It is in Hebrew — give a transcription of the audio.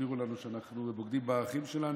שהסבירו לנו שאנחנו בוגדים בערכים שלנו?